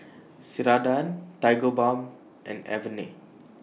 Ceradan Tigerbalm and Avene